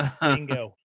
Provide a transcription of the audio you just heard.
Bingo